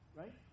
right